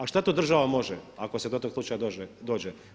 A šta to država može ako se do tog slučaja dođe?